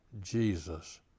Jesus